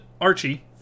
Archie